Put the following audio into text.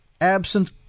absent